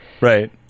Right